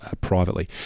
privately